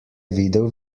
videl